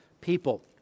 people